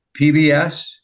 PBS